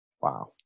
Wow